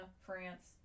France